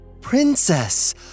Princess